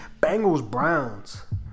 Bengals-Browns